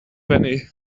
penny